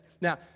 Now